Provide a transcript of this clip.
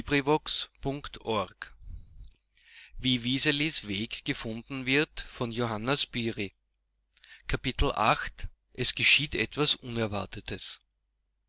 achtes kapitel es geschieht etwas unerwartetes